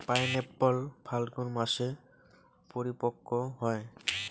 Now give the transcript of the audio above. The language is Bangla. পাইনএপ্পল ফাল্গুন মাসে পরিপক্ব হয়